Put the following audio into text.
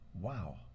Wow